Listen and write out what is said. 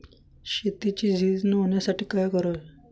शेतीची झीज न होण्यासाठी काय करावे?